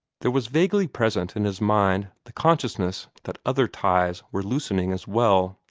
there was vaguely present in his mind the consciousness that other ties were loosening as well.